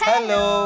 Hello